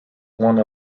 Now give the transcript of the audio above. one